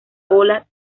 cola